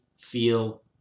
feel